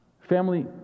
Family